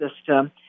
system